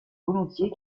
volontiers